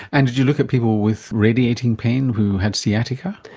and did you look at people with radiating pain who had sciatica?